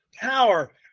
power